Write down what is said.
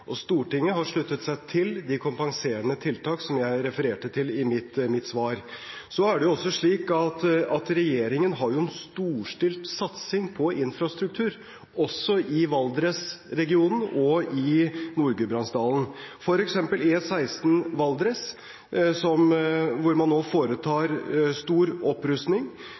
Og Stortinget har sluttet seg til de kompenserende tiltakene som jeg refererte til i mitt svar. Så er det jo slik at regjeringen har en storstilt satsing på infrastruktur også i Valdres-regionen og i Nord-Gudbrandsdalen, f.eks. på E16 i Valdres, hvor man nå foretar en stor opprustning.